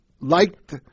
liked